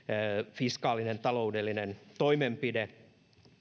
fiskaalinen taloudellinen toimenpide